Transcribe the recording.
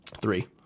three